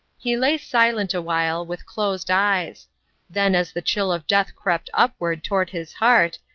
he lay silent awhile, with closed eyes then as the chill of death crept upward toward his heart,